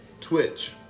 Twitch